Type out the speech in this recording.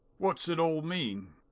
what's it all mean?